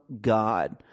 God